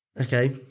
Okay